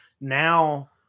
now